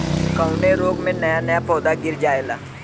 कवने रोग में नया नया पौधा गिर जयेला?